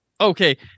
okay